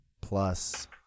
plus